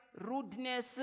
rudeness